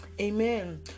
Amen